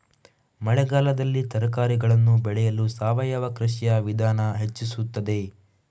ಮಳೆಗಾಲದಲ್ಲಿ ತರಕಾರಿಗಳನ್ನು ಬೆಳೆಯಲು ಸಾವಯವ ಕೃಷಿಯ ವಿಧಾನ ಹೆಚ್ಚಿಸುತ್ತದೆ?